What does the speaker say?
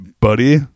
Buddy